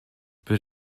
but